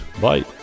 Bye